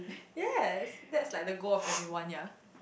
yes that's like the goal of everyone ya